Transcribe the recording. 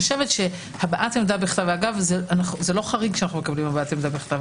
זה לא חריג שאנחנו מקבלים עמדה בכתב.